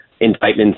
indictments